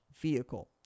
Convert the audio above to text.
vehicle